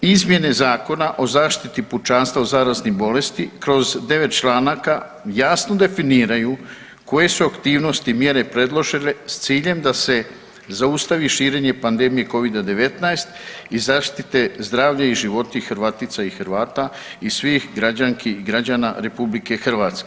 Izmjene Zakona o zaštiti pučanstva od zaraznih bolesti kroz 9 članaka jasno definiraju koje su aktivnosti i mjere predložene s ciljem da se zaustavi širenje pandemije Covida-19 i zaštite zdravlje i životi Hrvatica i Hrvata i svih građanki i građana RH.